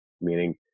Meaning